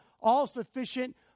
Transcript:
all-sufficient